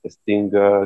kas stinga